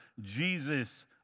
Jesus